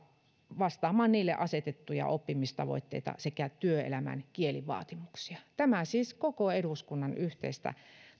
vastaamaan niille asetettuja oppimistavoitteita sekä työelämän kielivaatimuksia tämä on siis koko eduskunnan yhteistä